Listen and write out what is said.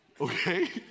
okay